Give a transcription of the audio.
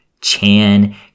Chan